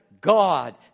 God